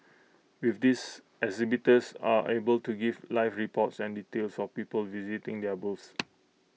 with this exhibitors are able to give live reports and details of people visiting their booths